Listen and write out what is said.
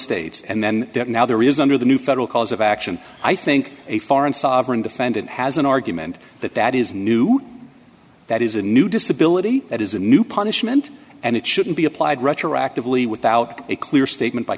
states and then now there is under the new federal cause of action i think a foreign sovereign defendant has an argument that that is new that is a new disability that is a new punishment and it shouldn't be applied retroactively without a clear statement by